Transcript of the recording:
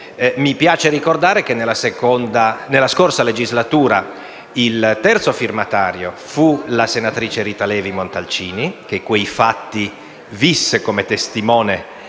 mi piace ricordare che nella scorsa legislatura il terzo firmatario fu la senatrice Rita Levi Montalcini, che quei fatti visse come testimone